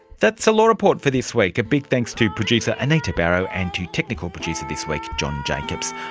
that's the law report for this week. a big thanks to producer anita barraud and to technical producer this week john jacobs.